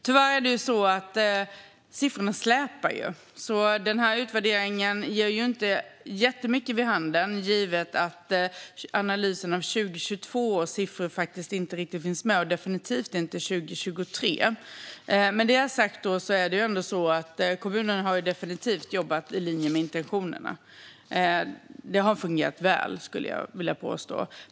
Tyvärr släpar ju siffrorna, så utvärderingen ger inte jättemycket vid handen givet att siffror för 2022 inte riktigt finns med och definitivt inte för 2023. Med det sagt har kommunerna ändå definitivt jobbat i linje med intentionerna. Det har fungerat väl, skulle jag vilja påstå.